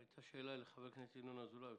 הייתה שאלה לחבר הכנסת ינון אזולאי.